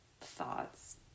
thoughts